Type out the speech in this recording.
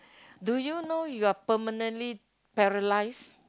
do you know you are permanently paralysed